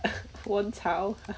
我很吵